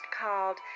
called